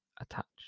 attached